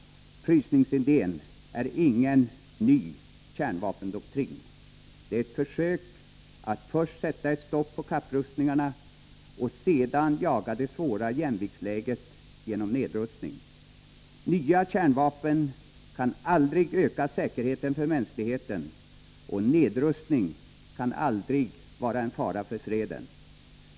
Frysningsidén är ingen ny kärnvapendoktrin. Det är ett försök att först sätta ett stopp för kapprustningarna och sedan jaga det svåra jämviktsläget genom nedrustning. Nya kärnvapen kan aldrig öka säkerheten för mänsklig heten, och nedrustning kan aldrig vara en fara för freden.